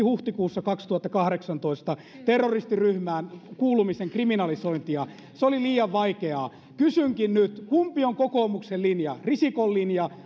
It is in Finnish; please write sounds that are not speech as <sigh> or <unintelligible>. <unintelligible> huhtikuussa kaksituhattakahdeksantoista terroristiryhmään kuulumisen kriminalisointia se oli liian vaikeaa kysynkin nyt kumpi on kokoomuksen linja risikon linja <unintelligible>